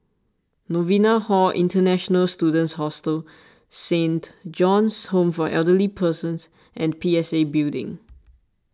Novena Hall International Students Hostel Saint John's Home for Elderly Persons and P S A Building